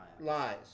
lies